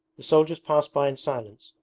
the soldiers passed by in silence,